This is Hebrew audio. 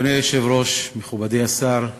אדוני היושב-ראש, מכובדי השר,